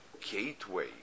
gateway